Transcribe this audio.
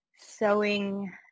Sewing